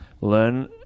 learn